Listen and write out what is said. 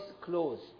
closed